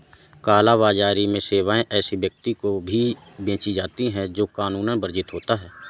काला बाजारी में सेवाएं ऐसे व्यक्ति को भी बेची जाती है, जो कानूनन वर्जित होता हो